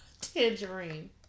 Tangerine